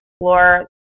explore